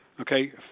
Okay